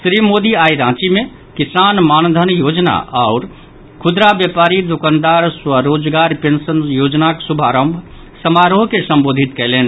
श्री मोदी आइ रांची मे किसान मानधन योजना आओर खुदरा व्यापारी दुकानदार स्वरोजगार पेंशन योजनाक शुभारंभ समारोह के संबोधित कयलनि